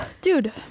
Dude